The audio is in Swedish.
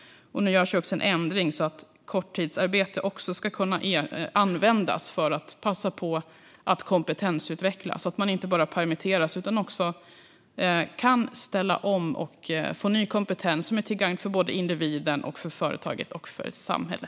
Nu görs en ändring så att även korttidsarbete kan användas för att passa på att kompetensutveckla. Det ska inte bara vara fråga om att permitteras utan också om att ställa om och få ny kompetens som är till gagn för individ, företag och samhälle.